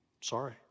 Sorry